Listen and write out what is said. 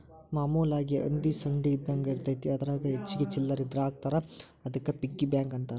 ಮಾಮೂಲಾಗಿ ಹಂದಿ ಸೊಂಡಿ ಇದ್ದಂಗ ಇರತೈತಿ ಅದರಾಗ ಹೆಚ್ಚಿಗಿ ಚಿಲ್ಲರ್ ಇದ್ರ ಹಾಕ್ತಾರಾ ಅದಕ್ಕ ಪಿಗ್ಗಿ ಬ್ಯಾಂಕ್ ಅಂತಾರ